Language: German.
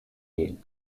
gehen